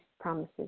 promises